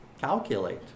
calculate